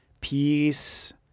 peace